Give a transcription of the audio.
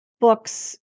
books